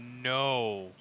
no